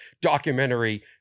documentary